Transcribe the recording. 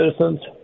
citizens